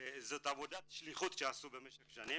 עשו עבודת שליחות במשך שנים.